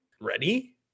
ready